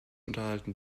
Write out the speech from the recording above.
unterhalten